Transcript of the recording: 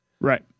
Right